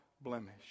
blemish